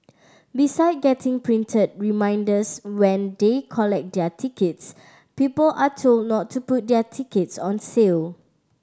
beside getting printed reminders when they collect their tickets people are told not to put their tickets on sale